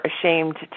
ashamed